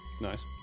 Nice